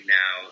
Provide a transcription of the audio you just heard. now